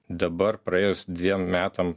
dabar praėjus dviem metam